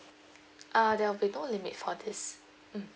uh there'll be no limit for this mm